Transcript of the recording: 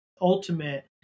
ultimate